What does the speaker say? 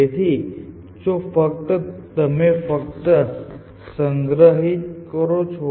તેથી જો તમે ફક્ત તેમને સંગ્રહિત કરો છો તો તમે સર્ચ ને પાછી આવતા અટકાવી શકો છો